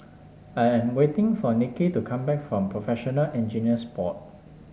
I am waiting for Nikki to come back from Professional Engineers Board